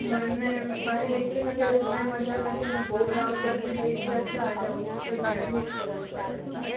મને મારી દીકરીને અત્યારે જરાય મજા નથી એને બહુ તાવ શરદી થઈ ગયા છે અને હોસ્પિટલમાં એડમિટ કરવી પડે એમ છે